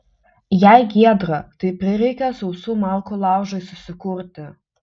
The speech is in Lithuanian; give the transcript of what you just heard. jei giedra tai prireikia sausų malkų laužui susikurti